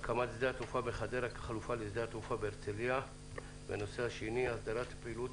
הסדרת פעילות